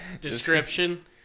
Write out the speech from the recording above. description